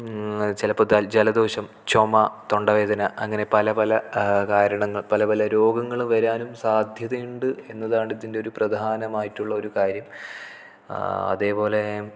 ചിലപ്പോൾ ജലദോഷം ചുമ തൊണ്ടവേദന അങ്ങനെ പല പല കാരണങ്ങൾ പല പല രോഗങ്ങൾ വരാനും സാദ്ധ്യതയുണ്ട് എന്നതാണ് ഇതിൻ്റെയൊരു പ്രധാനമായിട്ടുള്ളൊരു കാര്യം അതേപോലെ